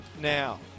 now